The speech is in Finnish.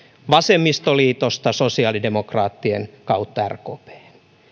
vasemmistoliitosta sosiaalidemokraattien kautta rkphen